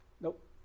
Nope